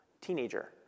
teenager